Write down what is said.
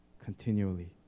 continually